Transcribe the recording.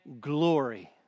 glory